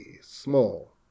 Small